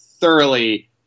thoroughly